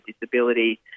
disability